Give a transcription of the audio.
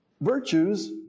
virtues